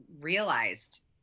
realized